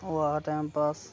होआ दा टैम पास